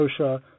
OSHA